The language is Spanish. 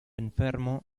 enfermo